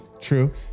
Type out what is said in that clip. True